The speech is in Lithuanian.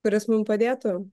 kuris mum padėtų